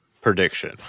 prediction